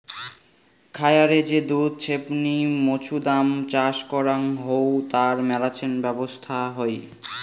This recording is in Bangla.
খায়ারে যে দুধ ছেপনি মৌছুদাম চাষ করাং হউ তার মেলাছেন ব্যবছস্থা হই